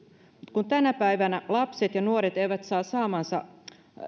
kun tänä päivänä lapset ja nuoret eivät saa